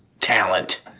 talent